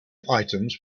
items